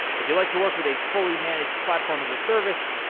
if you like to work with a fully-managed platform as a service,